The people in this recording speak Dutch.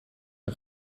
een